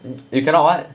you cannot what